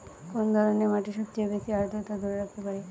কোন ধরনের মাটি সবচেয়ে বেশি আর্দ্রতা ধরে রাখতে পারে?